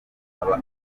aba